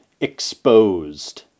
Exposed